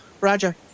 Roger